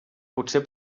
potser